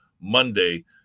Monday